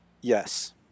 Yes